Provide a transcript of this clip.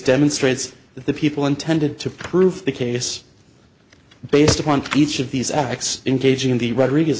demonstrates that the people intended to prove the case based upon each of these acts engaging in the rodriguez